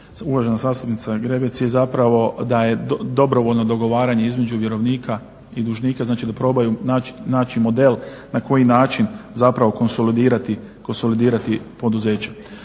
uvažena zastupnica Zgrebec je zapravo da je dobrovoljno dogovaranje između vjerovnika i dužnika, znači da probaju naći model na koji način zapravo konsolidirati poduzeće.